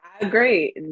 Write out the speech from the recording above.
agree